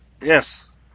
Yes